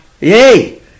Yay